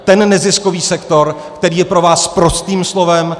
Ten neziskový sektor, který je pro vás sprostým slovem.